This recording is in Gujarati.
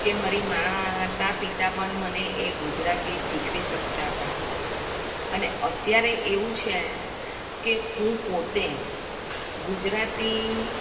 કે મારી માતા પિતા પણ મને એ ગુજરાતી શીખવી શકતા હતા અને અત્યારે એવું છે કે હું પોતે ગુજરાતી